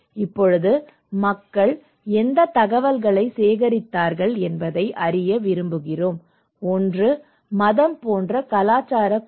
இப்போது மக்கள் எந்த தகவல்களை சேகரித்தார்கள் என்பதை அறிய விரும்புகிறோம் ஒன்று மதம் போன்ற கலாச்சாரக் குழு